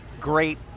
great